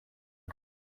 ubu